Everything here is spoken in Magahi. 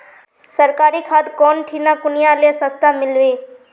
सरकारी खाद कौन ठिना कुनियाँ ले सस्ता मीलवे?